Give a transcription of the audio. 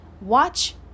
watch